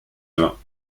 vin